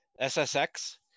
SSX